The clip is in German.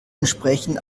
entsprechen